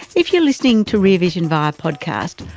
if you're listening to rear vision via podcast,